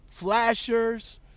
flashers